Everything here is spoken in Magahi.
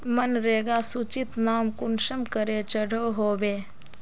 मनरेगा सूचित नाम कुंसम करे चढ़ो होबे?